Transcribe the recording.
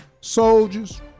soldiers